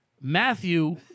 Matthew